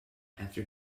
after